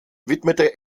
widmete